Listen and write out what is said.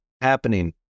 happening